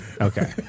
Okay